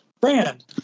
Brand